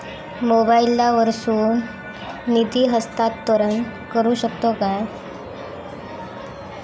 मोबाईला वर्सून निधी हस्तांतरण करू शकतो काय?